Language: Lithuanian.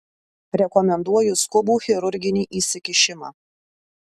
rekomenduoju skubų chirurginį įsikišimą